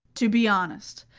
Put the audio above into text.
to be honest,